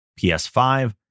PS5